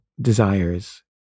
desires